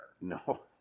No